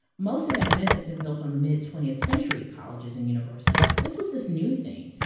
most of that myth had been built on mid twentieth century colleges and universities, but this was this new thing.